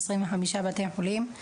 25 בתי חולים,